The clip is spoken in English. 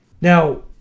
now